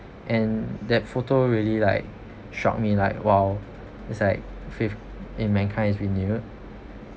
and that photo really like shocked me like !wow! is like faith in mankind is renewed